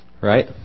right